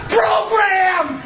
program